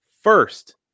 first